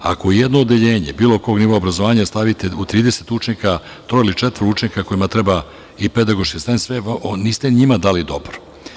Ako jedno odeljenje, bilo kog nivoa obrazovanja, stavite u 30 učenika, troje ili četvoro učenika kojima treba i pedagoško…niste njima dali dobro.